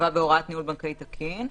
ייקבעו בהוראת ניהול בנקאי תקין.